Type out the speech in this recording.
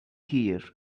here